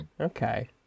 Okay